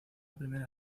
primera